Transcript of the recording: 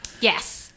Yes